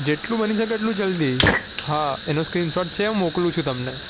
જેટલું બની શકે એટલું જલ્દી હા એનો સ્ક્રીનશોટ છે મોકલું છું તમને